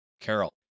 Carol